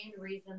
reason